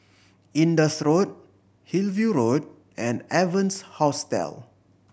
Indus Road Hillview Road and Evans Hostel